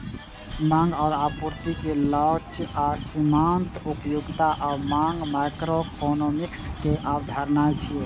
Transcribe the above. मांग आ आपूर्ति के लोच आ सीमांत उपयोगिता आ मांग माइक्रोइकोनोमिक्स के अवधारणा छियै